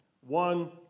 one